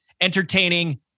entertaining